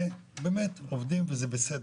באמת, עובדים וזה בסדר.